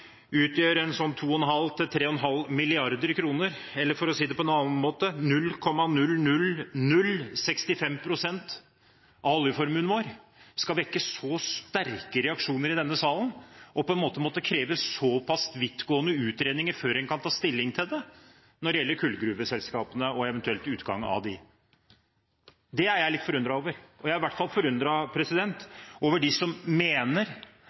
utgjør ca. 2,5–3,5 mrd. kr, eller for å si det på en annen måte: 0,00065 pst. av oljeformuen vår, skal vekke så sterke reaksjoner i denne salen og måtte kreve så pass vidtgående utredninger før en kan ta stilling når det gjelder kullgruveselskapene og en eventuell utgang av dem. Det er jeg litt forundret over. Jeg er i hvert fall forundret over dem som mener